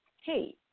Hey